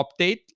update